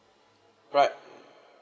right